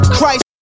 Christ